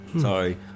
Sorry